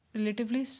Relatively